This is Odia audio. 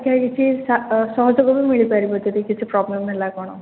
ସେଠି କିଛି ସହଯୋଗ ବି ମିଳି ପାରିବ ଯଦି କିଛି ପ୍ରୋବ୍ଲେମ୍ ହେଲା କ'ଣ